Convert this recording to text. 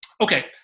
Okay